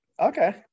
Okay